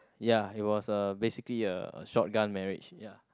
ya it was uh basically a a shotgun marriage ya